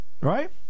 Right